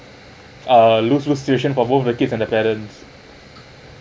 ah lose lose situation for both the kids and the parents